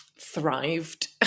thrived